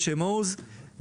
HMO's,